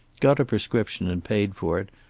got a prescription and paid for it,